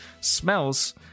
smells